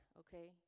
okay